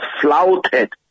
flouted